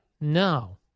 No